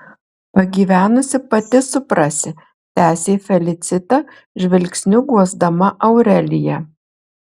pagyvenusi pati suprasi tęsė felicita žvilgsniu guosdama aureliją